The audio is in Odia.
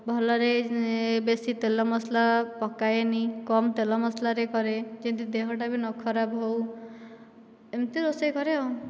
ଭଲରେ ବେଶୀ ତେଲ ମସଲା ପକାଏନି କମ ତେଲ ମସଲାରେ କରେ ଯେମିତି ଦେହଟା ବି ନ ଖରାପ ହେଉ ଏମିତି ରୋଷେଇ କରେ ଆଉ